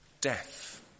Death